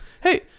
hey